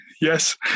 Yes